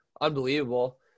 unbelievable